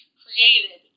created